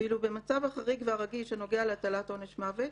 ואילו במצב החריג והרגיש שנוגע להטלת עונש מוות,